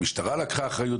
המשטרה לקחה אחריות.